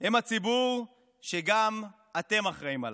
הם הציבור שגם אתם אחראים עליו,